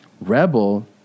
Rebel